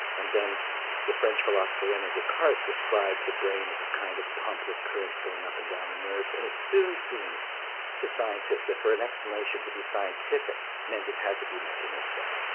and then the french philosopher rene descartes described the brain as a kind of pump with currents going up and down the nerves and it soon seemed to scientists that for an explanation to be scientific meant it had to be mechanistic.